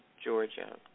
Georgia